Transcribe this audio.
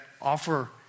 offer